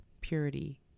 purity